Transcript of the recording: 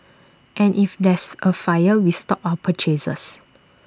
and if there's A fire we stop our purchases